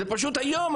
זה פשוט היום,